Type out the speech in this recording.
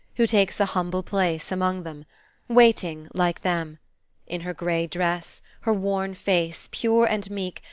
who takes a humble place among them waiting like them in her gray dress, her worn face, pure and meek,